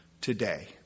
today